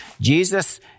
Jesus